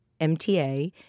MTA